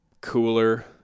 cooler